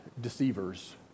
deceivers